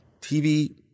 TV